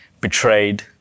betrayed